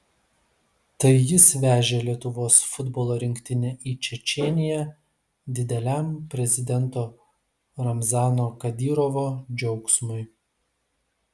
tai jis vežė lietuvos futbolo rinktinę į čečėniją dideliam prezidento ramzano kadyrovo džiaugsmui